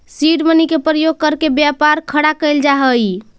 seed money के प्रयोग करके व्यापार खड़ा कैल जा हई